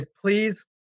please